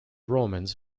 romans